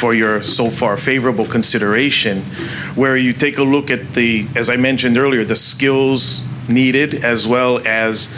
for your so far favorable consideration where you take a look at the as i mentioned earlier the skills needed as well as